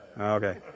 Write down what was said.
Okay